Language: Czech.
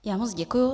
Já moc děkuji.